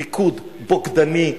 ליכוד בוגדני,